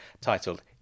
titled